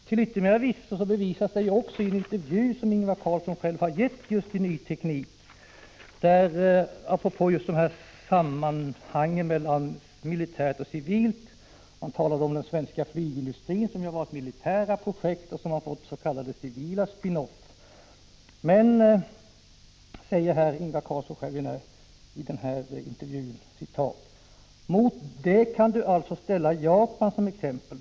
Till yttermera visso ges det bevis för detta samband mellan militär och civil verksamhet genom en intervju som Ingvar Carlsson har gett i Ny Teknik. Han talar där om den svenska flygindustrin, som ju har militära projekt som har gett spinn-off-effekter civilt. Och sedan säger Ingvar Carlsson i den här intervjun. : ”Mot det kan du alltså ställa Japan som exempel.